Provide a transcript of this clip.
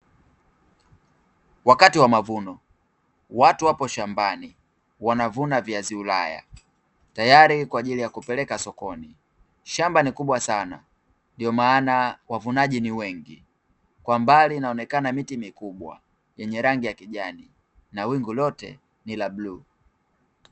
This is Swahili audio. Wakati wa mavuno, watu wapo shambani wanavuna viazi ulaya, tayari kwa ajili ya kupeleka sokoni. Shamba ni kubwa sana ndio maana wavunaji ni wengi. Kwa mbali inaonekana miti mikubwa yenye rangi ya kijani, na wingu lote ni la buluu.